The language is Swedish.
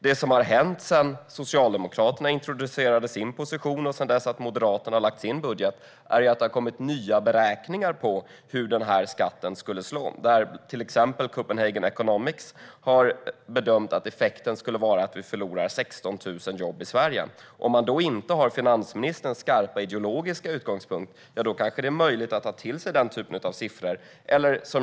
Det som har hänt sedan Socialdemokraterna introducerade sin position och Moderaterna lade fram sin budget är att det har kommit nya beräkningar av hur den här skatten skulle slå. Till exempel Copenhagen Economics har bedömt att effekten skulle bli att vi förlorar 16 000 jobb i Sverige. Om man då inte har finansministerns skarpa ideologiska utgångspunkt är det kanske möjligt för en att ta till sig den typen av siffror.